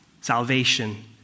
salvation